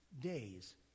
days